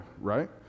right